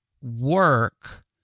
work